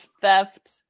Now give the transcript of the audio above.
theft